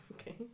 Okay